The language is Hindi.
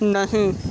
नहीं